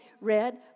read